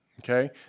Okay